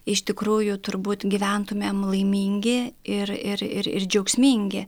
iš tikrųjų turbūt gyventumėm laimingi ir ir ir ir džiaugsmingi